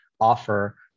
offer